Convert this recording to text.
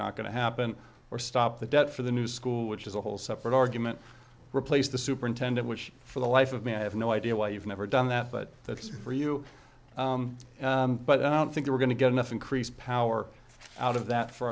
not going to happen or stop the debt for the new school which is a whole separate argument replace the superintendent which for the life of me i have no idea why you've never done that but that is for you but i don't think we're going to get enough increased power out of that for